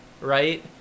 right